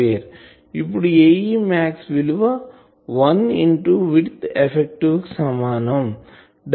ఇప్పుడు Ae max విలువ I into width effective కు సమానం